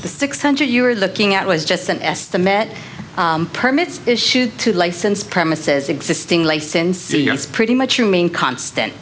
the six hundred you are looking at was just an estimate permits issued to license premises existing licenses you're pretty much remain constant